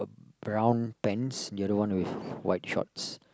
brown pants the other one with white shorts